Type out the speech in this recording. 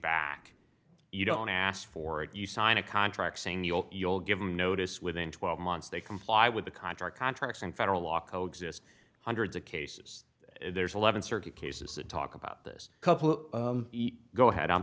back you don't ask for it you sign a contract saying you'll you'll give them notice within twelve months they comply with the contract contracts and federal law co exist hundreds of cases there's eleven circuit cases that talk about this couple go ahead i'm